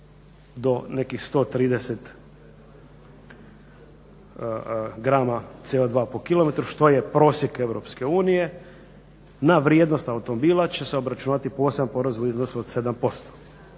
do nekih 130 grama CO2 po km što je prosjek EU na vrijednost automobila izračunat će se poseban porez u iznosu od 7%,